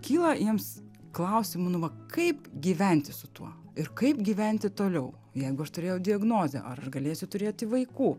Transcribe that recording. kyla jiems klausimų nu va kaip gyventi su tuo ir kaip gyventi toliau jeigu aš turėjau diagnozę ar aš galėsiu turėti vaikų